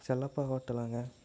Chellappa ஹோட்டலாங்க